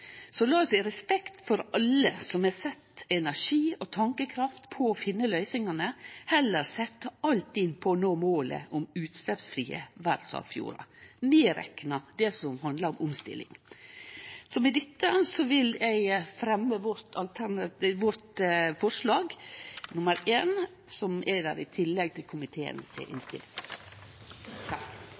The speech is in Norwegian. Så lat oss i respekt for alle som har sett energi og tankekraft på å finne løysingane, heller setje alt inn på å nå målet om utsleppsfrie verdsarvfjordar, medrekna det som handlar om omstilling. Med dette vil eg fremje vårt forslag, nr. 1, i tillegg til komiteens innstilling.